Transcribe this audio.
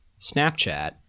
snapchat